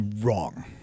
wrong